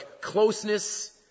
closeness